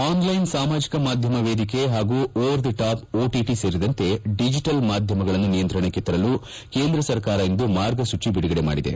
online ಸಾಮಾಜಿಕ ಮಾಧ್ಯಮ ವೇದಿಕೆ ಹಾಗೂ ಓವರ್ ದಿ ಟಾಪ್ ಓಟಿಟಿ ಸೇರಿದಂತೆ ಡಿಜಿಟಲ್ ಮಾಧ್ಯಮಗ ನಿಯಂತ್ರಣಕ್ಕೆ ಕೇಂದ್ರ ಸರ್ಕಾರ ಇಂದು ಮಾರ್ಗಸೂಚಿ ಬಿಡುಗಡೆ ಮಾಡಿದೆ